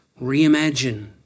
reimagine